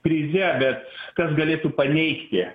krize bet kas galėtų paneigti